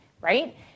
right